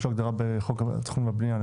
יש לו הגדרה בחוק התכנון והבנייה.